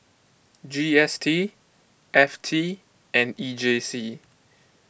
G S T F T and E J C